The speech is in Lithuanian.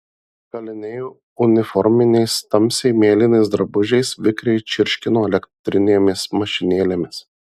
kaliniai uniforminiais tamsiai mėlynais drabužiais vikriai čirškino elektrinėmis mašinėlėmis